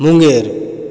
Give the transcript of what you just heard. Munger